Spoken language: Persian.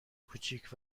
کوچیک